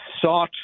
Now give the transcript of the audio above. sought